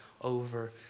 over